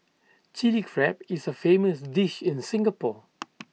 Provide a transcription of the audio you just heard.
Chilli Crab is A famous dish in Singapore